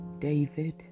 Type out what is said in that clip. David